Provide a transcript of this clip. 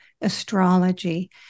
astrology